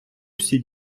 всі